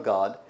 God